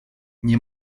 nie